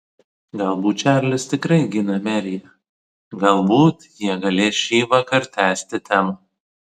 galbūt čarlis tikrai gina meriją galbūt jie galės šįvakar tęsti temą